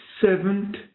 seventh